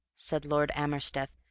said lord amersteth,